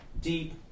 deep